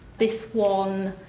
this one,